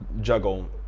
juggle